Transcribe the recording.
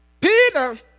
Peter